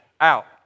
out